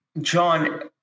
John